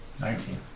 Nineteen